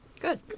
Good